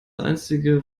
einzige